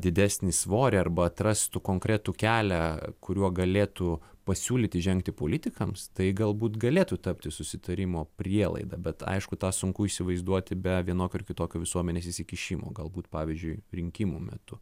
didesnį svorį arba atrastų konkretų kelią kuriuo galėtų pasiūlyti žengti politikams tai galbūt galėtų tapti susitarimo prielaida bet aišku tą sunku įsivaizduoti be vienokio ar kitokio visuomenės įsikišimo galbūt pavyzdžiui rinkimų metu